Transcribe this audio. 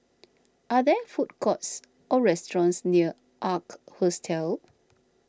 are there food courts or restaurants near Ark Hostel